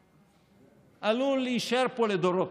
עלול להישאר פה לדורות.